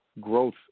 growth